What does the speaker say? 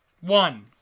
one